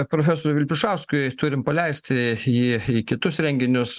profesoriui vilpišauskui turim paleisti jį į kitus renginius